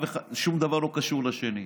ששום דבר לא קשור לשני.